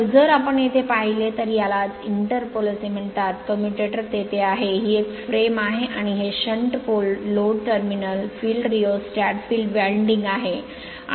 तर जर आपण येथे पाहिले तर यालाच इंटर पोल असे म्हणतात कम्युटेटर तेथे आहे ही एक फ्रेम आहे आणि हे shunt pole load terminal field rheostat field winding आहे